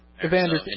Evander